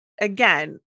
Again